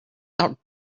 out